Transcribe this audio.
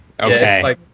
okay